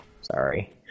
sorry